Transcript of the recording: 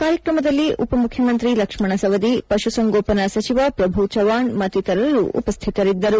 ಕಾರ್ಯಕ್ರಮದಲ್ಲಿ ಉಪಮುಖ್ಯಮಂತ್ರಿ ಲಕ್ಷ್ಮಣ ಸವದಿ ಪಶುಸಂಗೋಪನಾ ಸಚಿವ ಪ್ರಭು ಚವಾಷ್ ಮತ್ತಿತರರು ಉಪಸ್ಥಿತರಿದ್ದರು